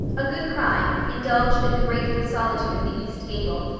a good cry, indulged in the grateful solitude of the east gable,